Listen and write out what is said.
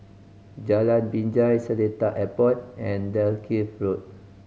Jalan Binjai Seletar Airport and Dalkeith Road